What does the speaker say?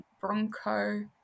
bronco